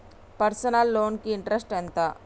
Personal loan కి interest ఎంత?